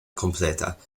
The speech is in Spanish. completa